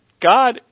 God